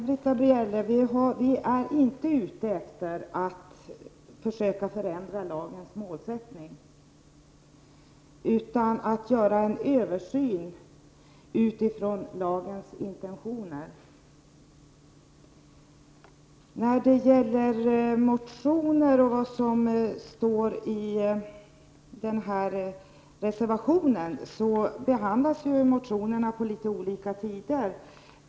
Herr talman! Nej, Britta Bjelle, vi är inte ute efter att försöka förändra lagens målsättning, utan vi vill göra en översyn utifrån dess intentioner. Motionerna i detta ärende har behandlats vid litet olika tider.